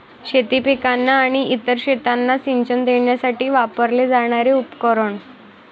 शेती पिकांना आणि इतर शेतांना सिंचन देण्यासाठी वापरले जाणारे उपकरण